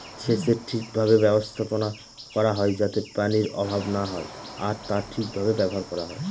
সেচের ঠিক ভাবে ব্যবস্থাপনা করা হয় যাতে পানির অভাব না হয় আর তা ঠিক ভাবে ব্যবহার করা হয়